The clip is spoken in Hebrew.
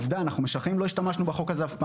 עובדה שאנחנו לא השתמשנו בחוק הזה אף פעם.